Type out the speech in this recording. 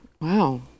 Wow